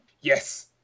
Yes